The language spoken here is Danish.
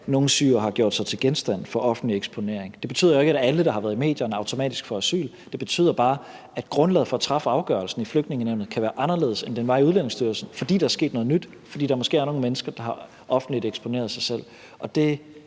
at nogle syrere har gjort sig til genstand for offentlig eksponering. Det betyder jo ikke, at alle, der har været i medierne, automatisk får asyl. Det betyder bare, at grundlaget for at træffe afgørelserne i Flygtningenævnet kan være anderledes, end det var i Udlændingestyrelsen, fordi der er sket noget nyt, og fordi der måske er nogle mennesker, der har eksponeret sig selv